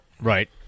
Right